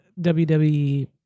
wwe